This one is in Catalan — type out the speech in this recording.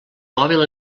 mòbil